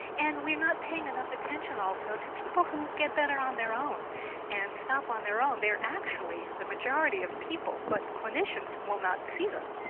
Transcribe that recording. and we are not paying enough attention also to people who get better on their own and stop on their own they are actually the majority of people but clinicians will not see them.